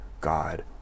God